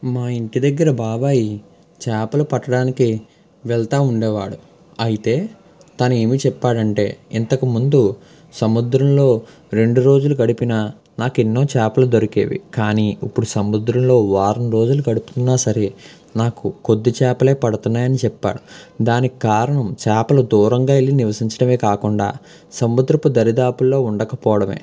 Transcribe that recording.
మా ఇంటి దగ్గర బాబాయి చేపలు పట్టడానికి వెళ్తా ఉండేవాడు అయితే తను ఏమి చెప్పాడంటే ఇంతకుముందు సముద్రంలో రెండు రోజులు గడిపిన నాకు ఎన్నో చేపలు దొరికేవి కానీ ఇప్పుడు సముద్రంలో వారం రోజులు గడుపుతున్న సరే నాకు కొద్ది చేపలే పడుతున్నాయని చెప్పాడు దానికి కారణం చేపలు దూరంగా వెళ్ళి నివసించటమే కాకుండా సముద్రపు దరిదాపుల్లో ఉండకపోవడమే